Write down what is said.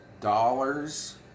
dollars